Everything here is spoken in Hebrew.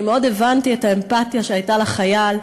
אני מאוד הבנתי את האמפתיה שהייתה כלפי החייל.